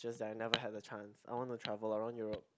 just that I never had the chance I want to travel around Europe